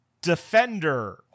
defender